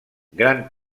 gran